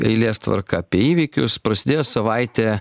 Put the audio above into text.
eilės tvarka apie įvykius prasidėjo savaitė